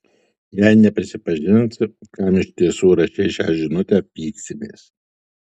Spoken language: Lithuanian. jei neprisipažinsi kam iš tiesų rašei šią žinutę pyksimės